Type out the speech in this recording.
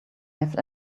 have